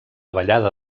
ballada